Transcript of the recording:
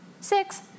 Six